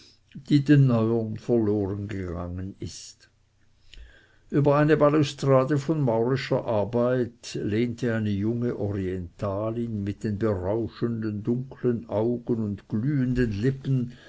die den neuern verlorengegangen ist über eine balustrade von maurischer arbeit lehnte eine junge orientalin mit den berauschenden dunkeln augen und glühenden lippen